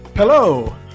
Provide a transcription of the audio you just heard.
Hello